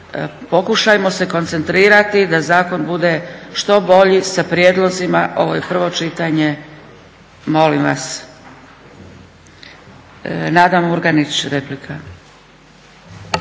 Pokušajmo se koncentrirati da zakon bude što bolji sa prijedlozima. Ovo je prvo čitanje. Molim vas! Nada Murganić, replika.